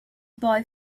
boy